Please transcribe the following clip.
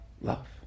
love